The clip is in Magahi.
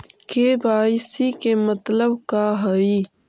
के.वाई.सी के मतलब का हई?